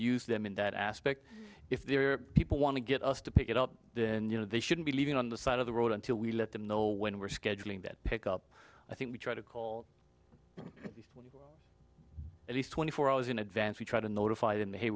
used them in that aspect if their people want to get us to pick it up then you know they shouldn't be leaving on the side of the road until we let them know when we're scheduling that pick up i think we try to call at least twenty four hours in advance we try to notify them hey